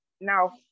now